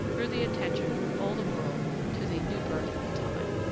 drew the attention of all the world to the new birth of time